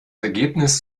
ergebnis